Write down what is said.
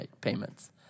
payments